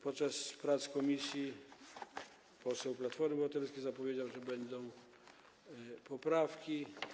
Podczas prac komisji poseł Platformy Obywatelskiej zapowiedział, że będą poprawki.